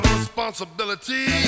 responsibility